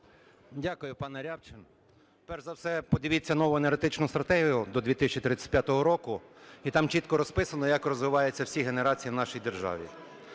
Дякую, пане Рябчин. Перш за все подивіться нову енергетичну стратегію до 2035 року, і там чітко розписано, як розвиваються всі генерації в нашій державі.